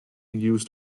used